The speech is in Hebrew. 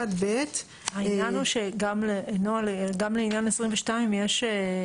העניין הוא שגם לעניין 22 יש,